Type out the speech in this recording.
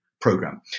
program